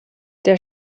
der